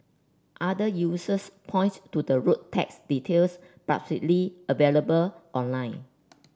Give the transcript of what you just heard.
other users point to the road tax details available online